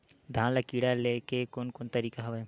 धान ल कीड़ा ले के कोन कोन तरीका हवय?